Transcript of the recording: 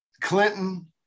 Clinton